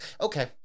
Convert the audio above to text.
Okay